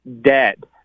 dead